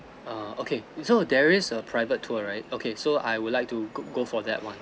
err okay so there is a private tour right okay so I would like to go go for that [one]